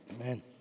Amen